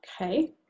Okay